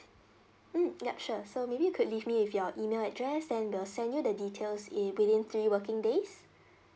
mm ya sure so maybe you could leave me with your email address then we'll send you the details in within three working days